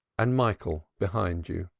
and michael behind you.